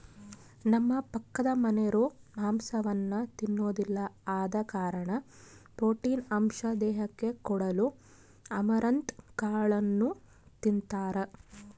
ನಮ್ಮ ಪಕ್ಕದಮನೆರು ಮಾಂಸವನ್ನ ತಿನ್ನೊದಿಲ್ಲ ಆದ ಕಾರಣ ಪ್ರೋಟೀನ್ ಅಂಶ ದೇಹಕ್ಕೆ ಕೊಡಲು ಅಮರಂತ್ ಕಾಳನ್ನು ತಿಂತಾರ